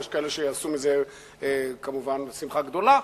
יש כאלה שיעשו מזה שמחה גדולה.